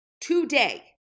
today